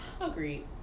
Agreed